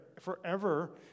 forever